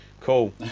Cool